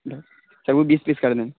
سر وہ بیس پیس کر دینا